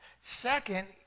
Second